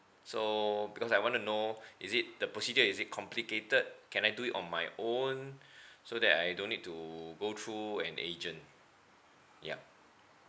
so because I want to know is it the procedure is it complicated can I do it on my own so that I don't need to go through an agent yup